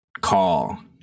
call